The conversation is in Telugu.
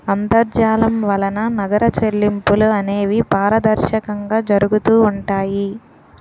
అంతర్జాలం వలన నగర చెల్లింపులు అనేవి పారదర్శకంగా జరుగుతూ ఉంటాయి